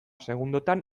segundotan